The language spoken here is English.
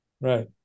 Right